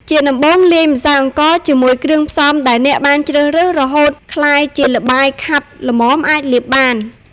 ជាដំបូង លាយម្សៅអង្ករជាមួយគ្រឿងផ្សំដែលអ្នកបានជ្រើសរើស រហូតក្លាយជាល្បាយខាប់ល្មមអាចលាបបាន។